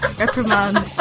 reprimand